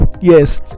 yes